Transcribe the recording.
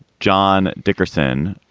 john dickerson